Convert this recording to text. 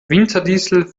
winterdiesel